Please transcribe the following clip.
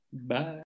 Bye